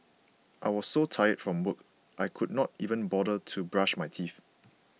I was so tired from work I could not even bother to brush my teeth